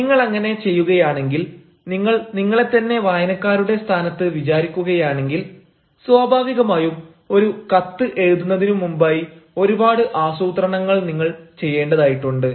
നിങ്ങളങ്ങനെ ചെയ്യുകയാണെങ്കിൽ നിങ്ങൾ നിങ്ങളെത്തന്നെ വായനക്കാരുടെ സ്ഥാനത്ത് വിചാരിക്കുകയാണെങ്കിൽ സ്വാഭാവികമായും ഒരു കത്ത് എഴുതുന്നതിനുമുമ്പായി ഒരുപാട് ആസൂത്രണങ്ങൾ നിങ്ങൾ ചെയ്യേണ്ടതായിട്ടുണ്ട്